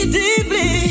deeply